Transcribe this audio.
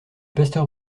pasteur